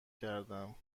کردم